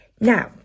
Now